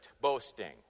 boasting